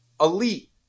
elite